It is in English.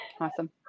awesome